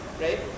right